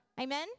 Amen